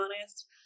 honest